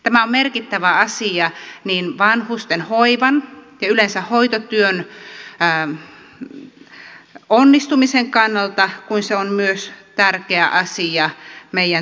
tämä on merkittävä asia vanhusten hoivan ja yleensä hoitotyön onnistumisen kannalta ja myös tärkeä asia meidän työllisyyden kannalta